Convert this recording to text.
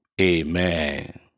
Amen